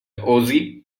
ozzy